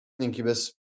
Incubus